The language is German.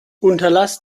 unterlass